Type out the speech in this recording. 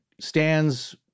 stands